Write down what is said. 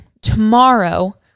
tomorrow